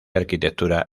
arquitectura